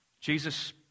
Jesus